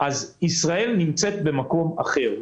ישראל נמצאת במקום אחר.